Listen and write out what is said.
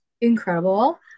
Incredible